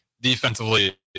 defensively